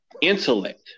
intellect